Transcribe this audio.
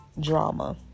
drama